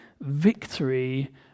victory